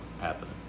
happening